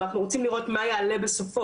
כלומר אנחנו רוצים לראות מה יעלה בסופו,